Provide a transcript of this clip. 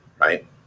right